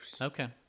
Okay